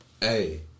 Hey